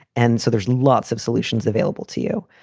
and so there's lots of solutions available to you.